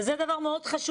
וזה דבר חשוב מאוד.